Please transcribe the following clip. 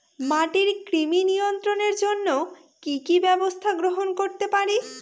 মাটির কৃমি নিয়ন্ত্রণের জন্য কি কি ব্যবস্থা গ্রহণ করতে পারি?